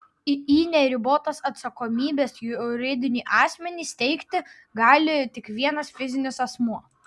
iį neribotos atsakomybės juridinį asmenį steigti gali tik vienas fizinis asmuo